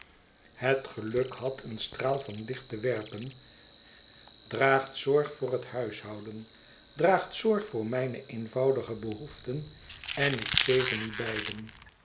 het geluk had een straal van licht te werpen draagt zorg voor het huishouden draagt zorg voor mijne eenvoudige behoeften én ik zegen u beiden